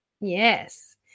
Yes